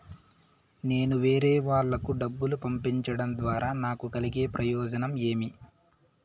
నేను వేరేవాళ్లకు డబ్బులు పంపించడం ద్వారా నాకు కలిగే ప్రయోజనం ఏమి?